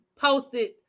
posted